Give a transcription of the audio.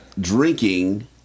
drinking